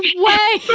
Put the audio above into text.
way